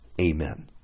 Amen